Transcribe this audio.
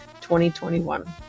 2021